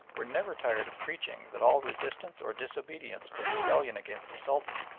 were never tired of preaching that all resistance or disobedience was rebellion against the sultan,